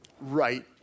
right